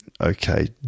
Okay